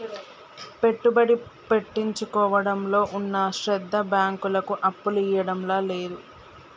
పెట్టుబడి పెట్టించుకోవడంలో ఉన్న శ్రద్ద బాంకులకు అప్పులియ్యడంల లేదు